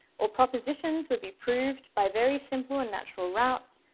or propositions would be proved by very simple and natural routes,